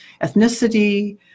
ethnicity